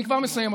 אני כבר מסיים,